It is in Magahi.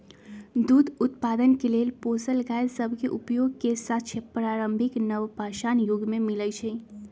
दूध उत्पादन के लेल पोसल गाय सभ के उपयोग के साक्ष्य प्रारंभिक नवपाषाण जुग में मिलइ छै